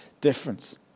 difference